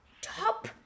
top